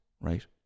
right